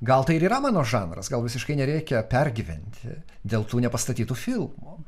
gal tai ir yra mano žanras gal visiškai nereikia pergyventi dėl tų nepastatytų filmų